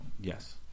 yes